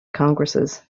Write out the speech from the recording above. congresses